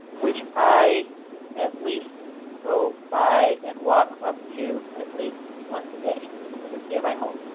which i at least go by and walk up to at least once a day because it's near my home.